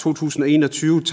2021